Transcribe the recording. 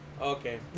okay